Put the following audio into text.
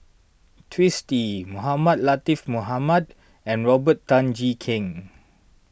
Twisstii Mohamed Latiff Mohamed and Robert Tan Jee Keng